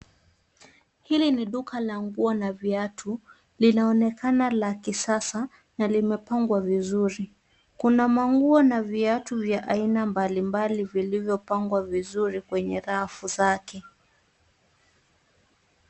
Hili ni duka la nguo na viatu linaonekana la kisasa na limepangwa vizuri. kuna manguo na viatu vya aina mbalimbali vilivyopangwa vizuri kwenye rafu zake.